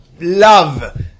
love